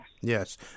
Yes